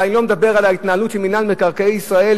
ואני לא מדבר על ההתנהלות של מינהל מקרקעי ישראל,